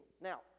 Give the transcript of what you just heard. Now